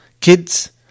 kids